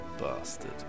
bastard